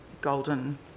golden